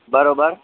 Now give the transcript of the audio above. बराबरि